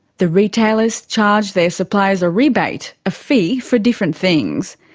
the retailers charge their suppliers a rebate, a fee for different things.